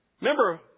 Remember